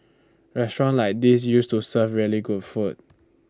restaurants like these used to serve really good food